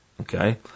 okay